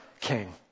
king